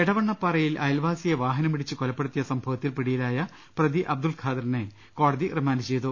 എടവണ്ണപ്പാറയിൽ അയൽവാസിയെ വാഹനമിടിച്ച് കൊലപ്പെ ടുത്തിയ സംഭവത്തിൽ പിടിയിലായി പ്രതി അബ്ദുൾ ഖാദറിനെ കോടതി റിമാന്റ് ചെയ്തു